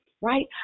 Right